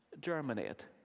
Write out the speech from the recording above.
germinate